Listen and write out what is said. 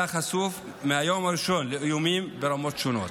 חשוף מהיום הראשון לאיומים ברמות שונות.